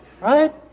Right